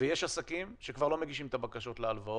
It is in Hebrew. ויש עסקים שכבר לא מגישים את הבקשות להלוואות,